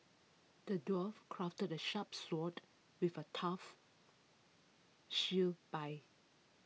the dwarf crafted A sharp sword with A tough shield by